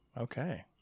okay